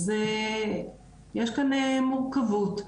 אז יש כאן מורכבות,